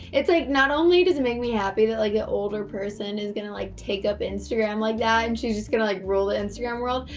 it's like not only does it make me happy that like an older person is gonna like take up instagram like that and she's just gonna like rule the instagram world,